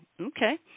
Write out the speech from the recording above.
Okay